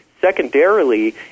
Secondarily